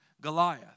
Goliath